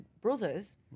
brothers